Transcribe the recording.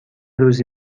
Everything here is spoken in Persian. روزی